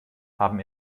haben